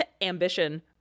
ambition